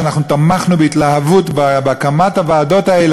ואנחנו תמכנו בהתלהבות בהקמת הוועדות האלה,